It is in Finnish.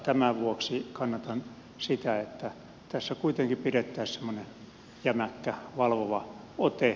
tämän vuoksi kannatan sitä että tässä kuitenkin pidettäisiin semmoinen jämäkkä valvova ote